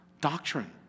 doctrine